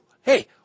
Hey